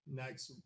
next